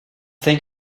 think